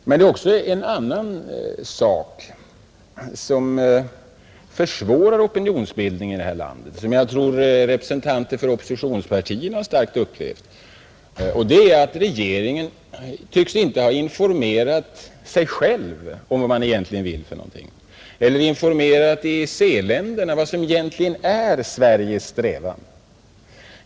Men det är också något annat som försvårar opinionsbildningen här i landet och som jag tror att representanter för oppositionspartierna starkt har upplevt, nämligen att regeringen inte tycks ha informerat sig själv om vad den egentligen vill eller informerat EEC-länderna om vad som egentligen är Sveriges strävan.